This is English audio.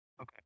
Okay